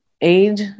age